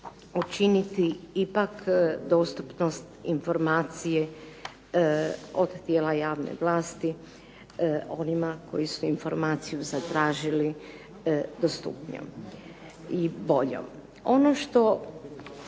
učiniti ipak dostupnost informacije od tijela javne vlasti onima koji su informaciju zatražili dostupnijom i boljom. Ono što